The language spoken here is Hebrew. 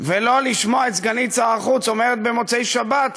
ולא לשמוע את סגנית שר החוץ אומרת במוצאי שבת,